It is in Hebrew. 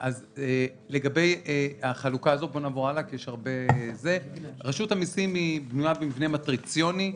בואו נעבור הלאה רשות המסים בנויה במבנה מטריציוני.